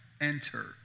enter